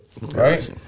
Right